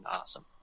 awesome